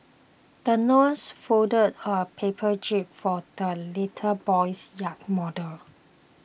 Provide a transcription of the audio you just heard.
the nurse folded a paper jib for the little boy's yacht model